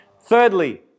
Thirdly